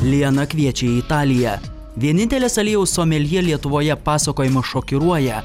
liana kviečia į italiją vienintelės aliejaus someljė lietuvoje pasakojimas šokiruoja